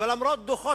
ולמרות דוחות,